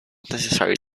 necessary